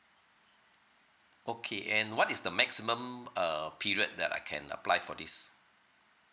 okay and what is the maximum err period that I can apply for this